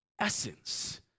essence